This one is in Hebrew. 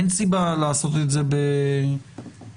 אין סיבה לעשות את זה בטור.